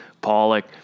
Pollock